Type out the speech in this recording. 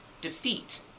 defeat